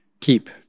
keep